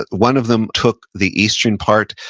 one of them took the eastern part,